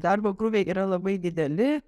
darbo krūviai yra labai dideli